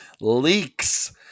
leaks